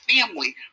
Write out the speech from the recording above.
family